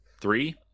Three